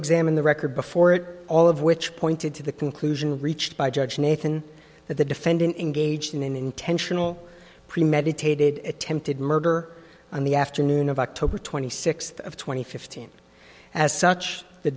examined the record before it all of which pointed to the conclusion reached by judge nathan that the defendant engaged in an intentional premeditated attempted murder on the afternoon of october twenty sixth of two thousand and fifteen as such the